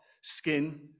skin